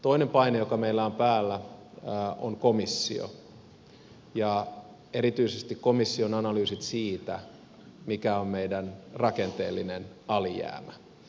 toinen paine joka meillä on päällä on komissio ja erityisesti komission analyysit siitä mikä on meidän rakenteellinen alijäämä